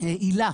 עילה